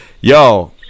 yo